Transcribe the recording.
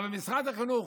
אבל משרד החינוך,